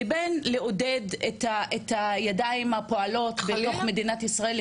לבין לעודד את הידיים הפועלות בתוך מדינת ישראל.